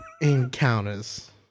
encounters